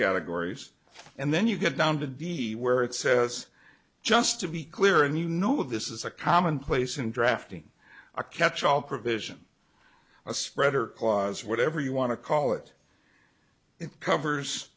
categories and then you get down to d c where it says just to be clear and you know this is a commonplace in drafting a catch all provision spreader clause whatever you want to call it it covers